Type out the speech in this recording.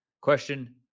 Question